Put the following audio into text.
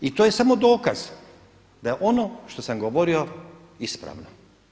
I to je samo dokaz da je ono što sam govorio ispravno.